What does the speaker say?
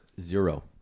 Zero